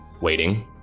waiting